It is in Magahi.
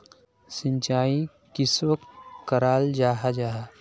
सिंचाई किसोक कराल जाहा जाहा?